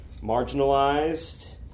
marginalized